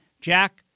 jack